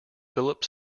philip